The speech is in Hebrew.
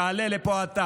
תעלה לפה אתה